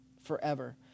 forever